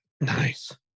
Nice